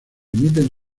emiten